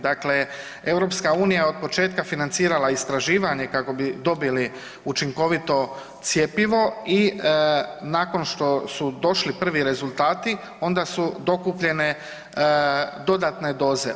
Dakle, EU je od početka financirala istraživanje kako bi dobili učinkovito cjepivo i nakon što su došli prvi rezultati onda su dokupljene dodatne doze.